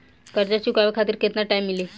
कर्जा चुकावे खातिर केतना टाइम मिली?